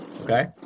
Okay